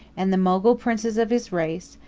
and the mogul princes of his race,